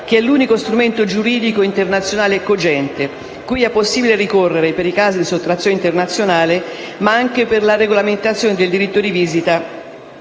È l'unico strumento giuridico internazionale cogente cui è possibile ricorrere per i casi di sottrazione internazionale, ma anche per la regolamentazione del diritto di visita